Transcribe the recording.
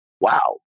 Wow